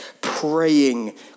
praying